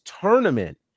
tournament